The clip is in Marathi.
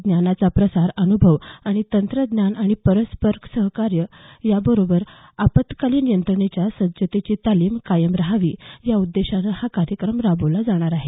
ज्ञानाचा प्रसार अनुभव तसंच तंत्रज्ञान आणि परस्पर सहकार्य याबरोबरच आपत्कालीन यंत्रणेच्या सज्जतेची तालीम कायम रहावी या उद्देशानं हा कार्यक्रम राबवला जाणार आहे